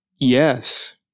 Yes